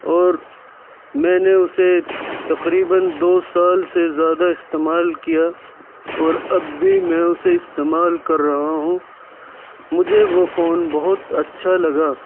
اور میں نے اُسے تقریباً دو سال سے زیادہ استعمال کیا اور اب بھی میں اسے استعمال کر رہا ہوں مجھے وہ فون بہت اچّھا لگا